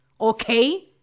okay